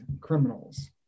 criminals